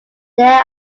there